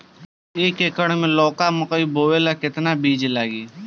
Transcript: एक एकर मे लौका मकई बोवे ला कितना बिज लागी?